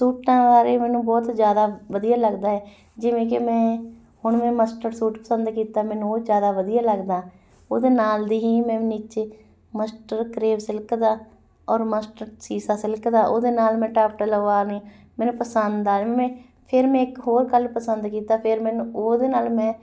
ਸੂਟਾਂ ਬਾਰੇ ਮੈਨੂੰ ਬਹੁਤ ਜ਼ਿਆਦਾ ਵਧੀਆ ਲੱਗਦਾ ਹੈ ਜਿਵੇਂ ਕਿ ਮੈਂ ਹੁਣ ਮੈਂ ਮਸਟਰਡ ਸੂਟ ਪਸੰਦ ਕੀਤਾ ਮੈਨੂੰ ਉਹ ਜ਼ਿਆਦਾ ਵਧੀਆ ਲੱਗਦਾ ਉਹਦੇ ਨਾਲ ਦੀ ਹੀ ਮੈਂ ਨੀਚੇ ਮਸਟਰ ਕਰੇਵ ਸਿਲਕ ਦਾ ਔਰ ਮਸਟਰ ਸੀਸਾ ਸਿਲਕ ਦਾ ਉਹਦੇ ਨਾਲ ਮੈਂ ਟਾਫਟਾ ਲਵਾਉਣੇ ਮੈਨੂੰ ਪਸੰਦ ਆ ਵੀ ਮੈਂ ਫਿਰ ਮੈਂ ਇੱਕ ਹੋਰ ਕਲਰ ਪਸੰਦ ਕੀਤਾ ਫਿਰ ਮੈਨੂੰ ਉਹਦੇ ਨਾਲ ਮੈਂ